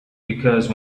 because